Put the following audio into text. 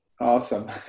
Awesome